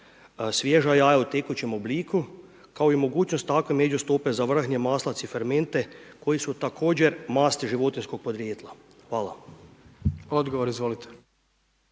svježa jaja u tekućem obliku, kao i mogućnost takve međustope za vrhnje, maslac i fermente koji su također masti životinjskog podrijetla? Hvala. **Jandroković,